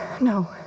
No